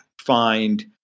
find